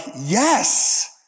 yes